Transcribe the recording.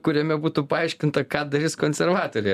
kuriame būtų paaiškinta ką darys konservatorė